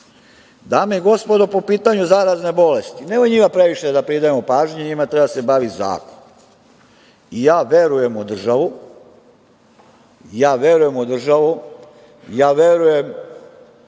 i gospodo, po pitanju zarazne bolesti, nemoj njima previše da pridajemo pažnje, njima treba da se bavi zakon. Ja verujem u državu, ja verujem u državno rukovodstvo